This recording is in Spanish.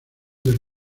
del